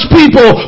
people